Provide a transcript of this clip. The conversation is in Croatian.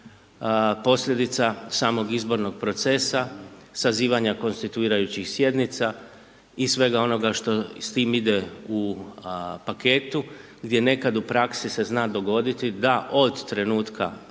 posljedica samog izbornog procesa, sazivanja konstituirajućih sjednica i svega onoga što s tim ide u paketu gdje nekad u praksi se zna dogoditi da od trenutka